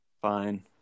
Fine